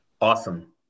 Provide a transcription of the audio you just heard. Awesome